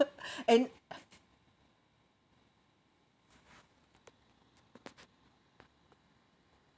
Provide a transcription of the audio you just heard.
and